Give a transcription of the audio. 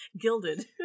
Gilded